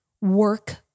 work